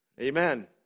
Amen